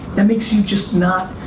that makes you just not,